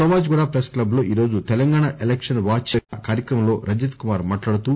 నోమాజిగూడ press club లో ఈరోజు Telangana election watch నిర్వహించిన కార్యక్రమంలో రజత్ కుమార్ మాట్లాడుతూ